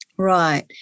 Right